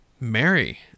mary